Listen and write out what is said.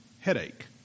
headache